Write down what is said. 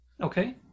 Okay